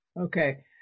Okay